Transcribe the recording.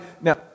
Now